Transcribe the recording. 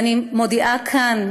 אז אני מודיעה כאן,